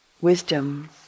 wisdom